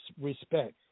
respect